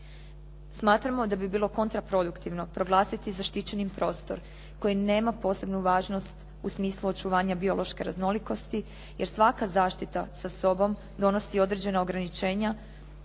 Smatramo da bi bilo kontraproduktivno proglasiti zaštićenim prostor koji nema posebnu važnost u smislu očuvanja biološke raznolikosti, jer svaka zaštita sa sobom donosi određena ograničenja